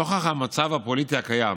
נוכח המצב הפוליטי הקיים